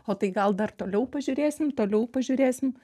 o tai gal dar toliau pažiūrėsim toliau pažiūrėsim